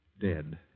dead